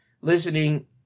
listening